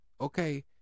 Okay